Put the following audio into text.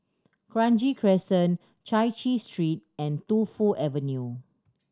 Kranji Crescent Chai Chee Street and Tu Fu Avenue